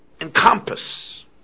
encompass